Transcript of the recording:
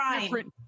different